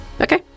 Okay